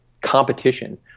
competition